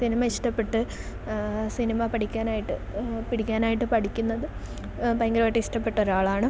cinema ഇഷ്ടപ്പെട്ട് cinema പഠിക്കാനായിട്ട് പിടിക്കാനായിട്ടു പഠിക്കുന്നത് ഭയങ്കരമായിട്ടിഷ്ടപ്പെട്ടൊരാളാണ്